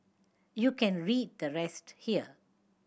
you can read the rest here